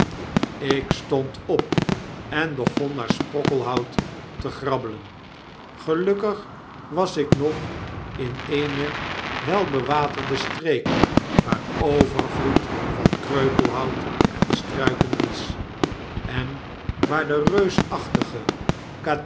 ik stond op en begonnaar sprokkelhout te grabbelen gelukkig was ik nog in eene welbewaterde streek waar overvloed van kreupelhout en struiken wies en waardereusachtige